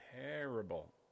terrible